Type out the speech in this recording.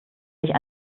nicht